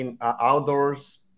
Outdoors